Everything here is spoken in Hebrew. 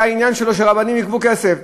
שזה העניין שלו שרבנים יגבו כסף.